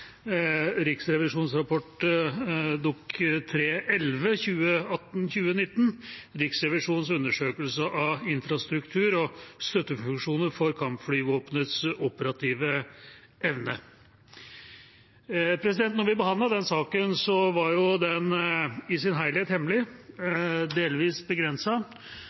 Riksrevisjonens rapport Dokument 3:11 for 2018–2019, Riksrevisjonens undersøkelse av infrastruktur og støttefunksjoner for kampflyvåpenets operative evne. Da vi behandlet den saken, var den i sin helhet hemmelig, delvis